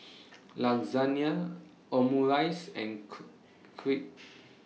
Lasagne Omurice and Crepe